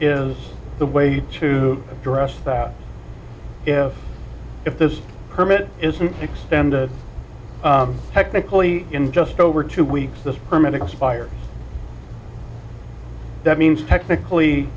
is the way to address that if if this permit is due to extend technically in just over two weeks this permit expires that means technically